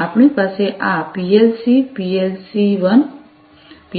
આપણી પાસે આ પીએલસી પીએલસી 1 પીએલસી 2